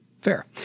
Fair